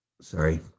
sorry